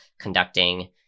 conducting